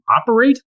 operate